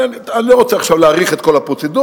אני לא רוצה עכשיו להעריך את כל הפרוצדורות,